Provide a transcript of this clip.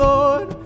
Lord